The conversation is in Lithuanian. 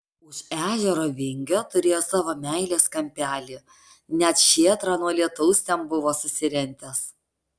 už ežero vingio turėjo savo meilės kampelį net šėtrą nuo lietaus ten buvo susirentęs